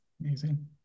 amazing